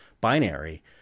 binary